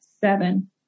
seven